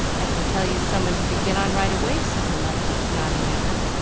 i can tell you someone to begin on right away, said her mother, nodding at her.